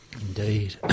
Indeed